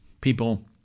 people